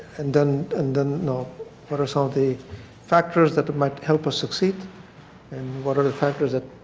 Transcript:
and then and then you know what are some of the factors that might help us succeed and what are the factors that